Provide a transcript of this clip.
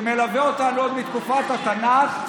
שמלווה אותנו עוד מתקופת התנ"ך,